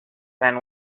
than